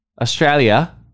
Australia